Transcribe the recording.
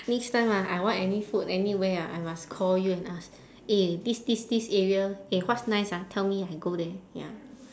next time ah I want any food anywhere ah I must call you and ask eh this this this area eh what's nice ah tell me I go there ya